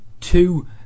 two